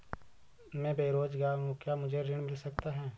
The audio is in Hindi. मैं बेरोजगार हूँ क्या मुझे ऋण मिल सकता है?